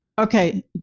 Okay